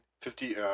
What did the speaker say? Fifty